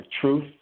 truth